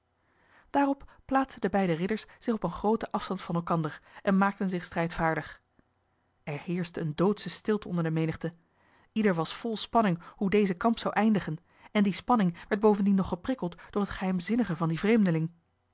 daarop plaatsten de beide ridders zich op een grooten afstand van elkander en maakten zich strijdvaardig er heerschte eene doodsche stilte onder de menigte ieder was vol spanning hoe deze kamp zou eindigen en die spanning werd bovendien nog geprikkeld door het geheimzinnige van dien vreemdeling